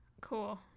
Cool